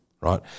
right